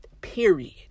period